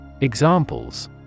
Examples